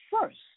first